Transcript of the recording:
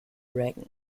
reagan